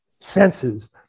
senses